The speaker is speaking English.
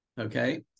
Okay